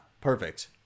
Perfect